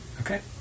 Okay